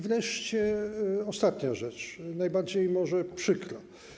Wreszcie ostatnia rzecz, najbardziej może przykra.